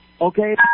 okay